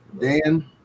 Dan